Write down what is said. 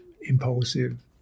impulsive